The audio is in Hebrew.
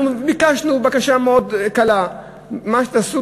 אנחנו ביקשנו בקשה מאוד קלה: מה שתעשו,